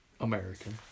American